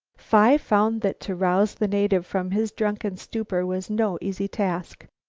phi found that to rouse the native from his drunken stupor was no easy task.